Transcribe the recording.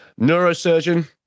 Neurosurgeon